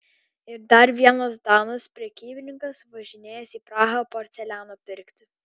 ir dar vienas danas prekybininkas važinėjęs į prahą porceliano pirkti